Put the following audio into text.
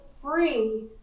free